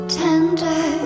tender